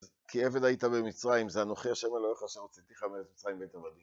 כאבד היית במצרים, זה הנוכח שם עלויך שרוציתי לך ממצרים בית אבדים.